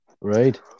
Right